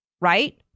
right